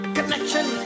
Connection